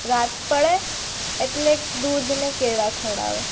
રાત પડે એટલે દૂધ ને કેળાં ખવડાવે